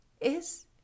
Is